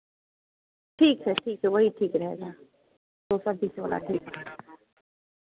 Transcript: ठीक है ठीक है वही ठीक रहेगा वो सब बीच वाला ठीक रहेगा